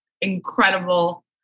incredible